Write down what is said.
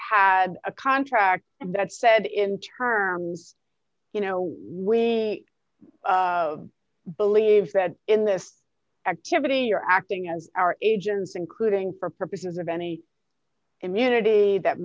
had a contract that said in terms you know we believe that in this activity you're acting as our agents including for purposes of any immunity that